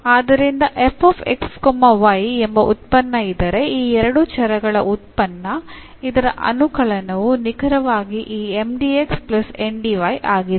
ಆದ್ದರಿಂದ ಎಂಬ ಉತ್ಪನ್ನ ಇದ್ದರೆ ಈ ಎರಡು ಚರಗಳ ಉತ್ಪನ್ನ ಇದರ ಅವಕಲನವು ನಿಖರವಾಗಿ ಈ ಆಗಿದೆ